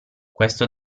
questo